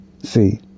See